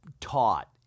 taught